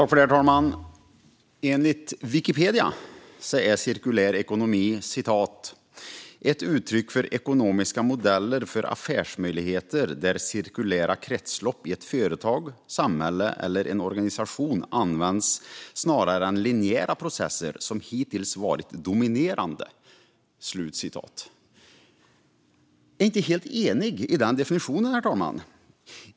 Herr talman! Enligt Wikipedia är cirkulär ekonomi "ett uttryck för ekonomiska modeller för affärsmöjligheter där cirkulära kretslopp i ett företag, samhälle eller en organisation används snarare än linjära processer som hittills har varit dominerande". Jag är inte helt enig med den definitionen, herr talman.